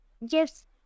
yes